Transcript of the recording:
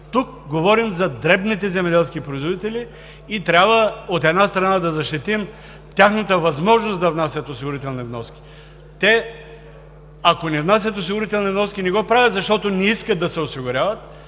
Тук говорим за дребните земеделски производители и трябва, от една страна, да защитим тяхната възможност да внасят осигурителни вноски. Те, ако не внасят осигурителни вноски, не го правят, защото не искат да се осигуряват,